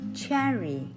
Cherry